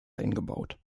eingebaut